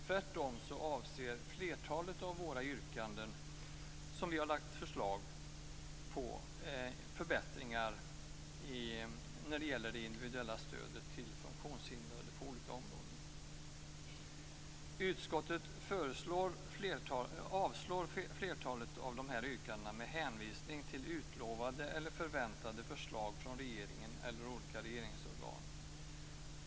Tvärtom avser flertalet av våra yrkanden förbättringar av det individuella stödet till funktionshindrade på olika områden. Utskottet avslår flertalet av dessa yrkanden med hänvisning till utlovade eller förväntade förslag från regeringen eller olika regeringsorgan.